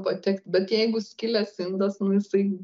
patekt bet jeigu skilęs indas nu jisai